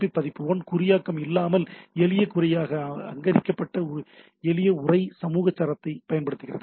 B பதிப்பு 1 குறியாக்கம் இல்லாமல் எளிய உரையாக அங்கீகரிக்க எளிய உரை சமூக சரத்தை பயன்படுத்துகிறது